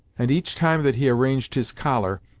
and each time that he arranged his collar,